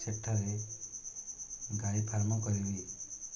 ସେଠାରେ ଗାଈ ଫାର୍ମ କରିବି